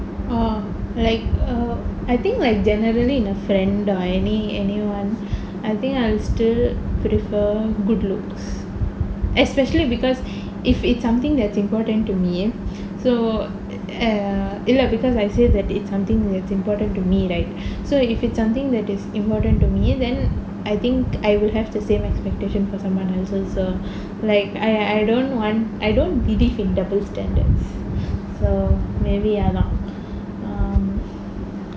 oh like err I think like generally in a friend or any anyone I think I'll still prefer good looks especially because if it's something that's important to me so err is not because I say that it's something that's important to me right so if it's something that is important to me then I think I will have the same expectation for some someone else also like I I don't want I don't believe in double standards so maybe அதான்:athaan